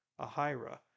Ahira